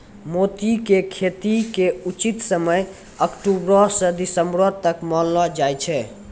मोती के खेती के उचित समय अक्टुबरो स दिसम्बर तक मानलो जाय छै